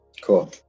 Cool